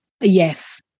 Yes